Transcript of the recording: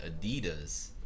Adidas